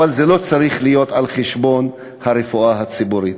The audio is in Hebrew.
אבל זה לא צריך להיות על חשבון הרפואה הציבורית,